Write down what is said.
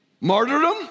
Martyrdom